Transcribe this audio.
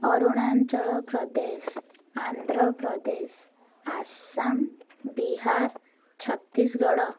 Arunachal Pradesh Andhra Pradesh Assam Bihar Chhattisgarh